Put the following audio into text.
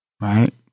right